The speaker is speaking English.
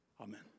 Amen